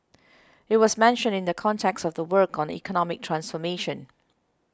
it was mentioned in the context of the work on economic transformation